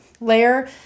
layer